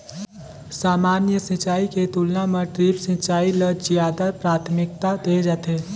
सामान्य सिंचाई के तुलना म ड्रिप सिंचाई ल ज्यादा प्राथमिकता देहे जाथे